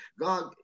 God